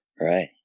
Right